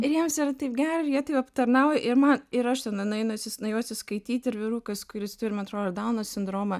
ir jiems yra taip gera ir jie taip aptarnauja ir man ir aš tenai nueinu atsis nuėjau atsiskaityti ir vyrukas kuris turi man atrodo ar dauno sindromą